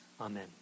Amen